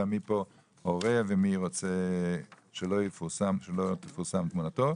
מי פה הורה ומי רוצה שלא תפורסם תמונתו,